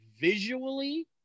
visually